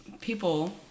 people